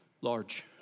Large